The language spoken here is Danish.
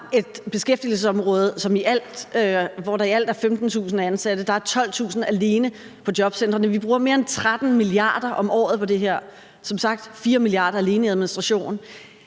vi har et beskæftigelsesområde, hvor der i alt er 15.000 ansatte, 12.000 alene på jobcentrene. Vi bruger mere end 13 mia. kr. om året på det her og som sagt 4 mia. kr. alene på administration.